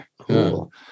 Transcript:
Cool